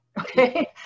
okay